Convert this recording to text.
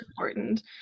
important